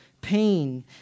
pain